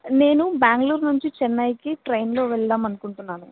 నేను బెంగళూరు నుంచి చెన్నైకి ట్రైన్లో వెళదాము అనుకుంటున్నాను